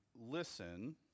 listen